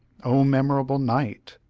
oh, memorable night!